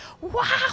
wow